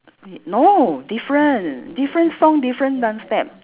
y~ no different different song different dance step